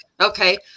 okay